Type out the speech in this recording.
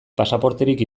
pasaporterik